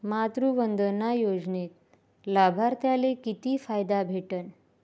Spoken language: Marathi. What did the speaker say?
मातृवंदना योजनेत लाभार्थ्याले किती फायदा भेटन?